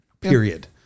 period